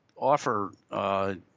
offer